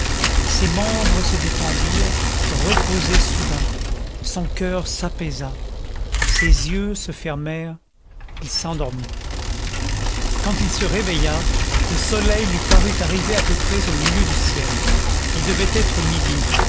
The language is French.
ses membres se détendirent reposés soudain son coeur s'apaisa ses yeux se fermèrent il s'endormit quand il se réveilla le soleil lui parut arrivé à peu près au milieu du ciel il devait être midi